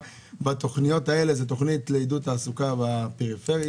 בתוכניות האלה זו תוכנית לעידוד תעסוקה בפריפריה,